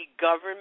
government